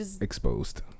exposed